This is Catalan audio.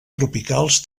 tropicals